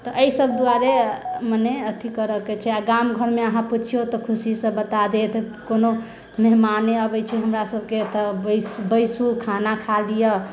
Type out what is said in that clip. तऽ एहि सभ दुआरे मने अथि करऽ के छै आ गाम घर मे अहाँ पुछियौ तऽ खुशीसँ बता देत कोनो मेहमाने अबै छै हमरा सभके तऽ बैसू खाना खा लिअ